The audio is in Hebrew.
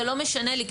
זה לא משנה לי,